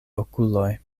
okuloj